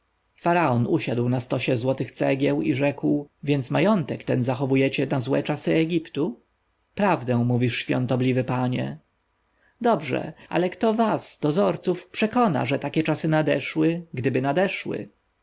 usiadł na stosie złotych cegieł i rzekł więc majątek ten zachowujecie na złe czasy egiptu prawdę mówisz świątobliwy panie dobrze ale kto was dozorców przekona że takie czasy nadeszły gdyby nadeszły